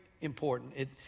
important